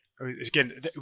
Again